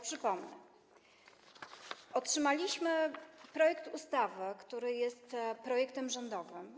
Przypomnę, że otrzymaliśmy projekt ustawy, który jest projektem rządowym.